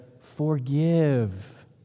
Forgive